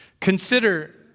Consider